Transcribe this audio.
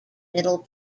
middle